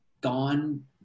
gone